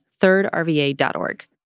thirdrva.org